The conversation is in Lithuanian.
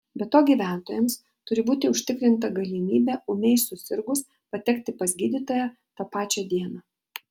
be to gyventojams turi būti užtikrinta galimybė ūmiai susirgus patekti pas gydytoją tą pačią dieną